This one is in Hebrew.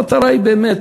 המטרה היא באמת